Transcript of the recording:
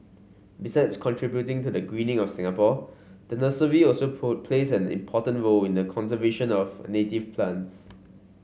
besides contributing to the greening of Singapore the nursery also plays an important role in the conservation of native plants